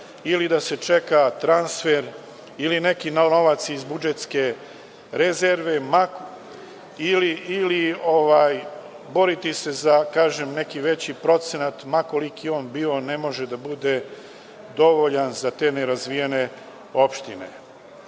ili da se čeka transfer ili neki novac iz budžetske rezerve, ili boriti se, kažem, za neki veći procenat, ma koliki on bio ne može da bude dovoljan za te nerazvijene opštine,